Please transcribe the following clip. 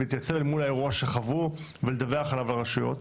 ולהתייצב אל מול האירוע שחוו ולדווח עליו ברשויות.